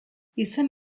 izen